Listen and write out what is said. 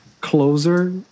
closer